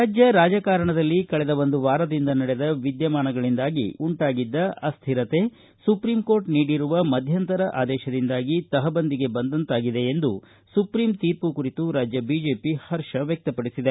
ರಾಜ್ಯ ರಾಜಕಾರಣದಲ್ಲಿ ಕಳೆದ ಒಂದು ವಾರದಿಂದ ನಡೆದ ವಿದ್ದಮಾನಗಳಿಂದಾಗಿ ಉಂಟಾಗಿದ್ದ ಅಸ್ವಿರತೆ ಸುಪ್ರಿಂ ಕೋರ್ಟ ನೀಡಿರುವ ಮಧ್ಯಂತರ ಆದೇಶದಿಂದಾಗಿ ತಹಬಂದಿಗೆ ಬಂದಂತಾಗಿದೆ ಎಂದು ಸುಪ್ರಿಂ ತೀರ್ಮ ಕುರಿತು ರಾಜ್ಯ ಬಿಜೆಪಿ ಹರ್ಷ ವ್ಯಕ್ತಪಡಿಸಿದೆ